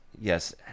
yes